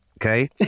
okay